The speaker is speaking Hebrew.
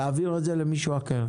תעביר את זה למישהו אחר,